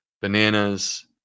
Bananas